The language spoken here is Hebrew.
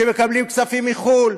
שמקבלים כספים מחו"ל,